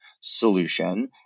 solution